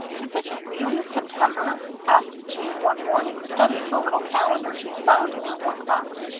is it really september? asked jeanne, one morning, studying the little calendar she had found in her work-box.